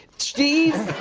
steve.